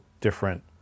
different